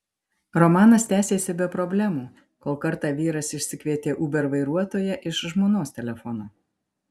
romanas tęsėsi be problemų kol kartą vyras išsikvietė uber vairuotoją iš žmonos telefono